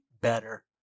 better